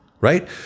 right